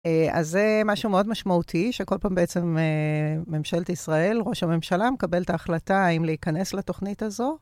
אז זה משהו מאוד משמעותי, שכל פעם בעצם ממשלת ישראל, ראש הממשלה מקבל את ההחלטה האם להיכנס לתוכנית הזו.